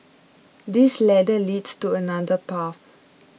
this ladder leads to another path